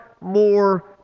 more